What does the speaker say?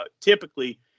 typically